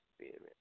Spirit